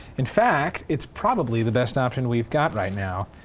in fact, it's probably the best option we've got right now.